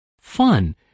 fun